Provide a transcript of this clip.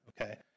okay